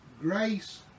grace